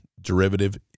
derivative